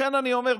לכן אני אומר,